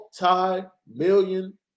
multi-million